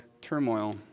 turmoil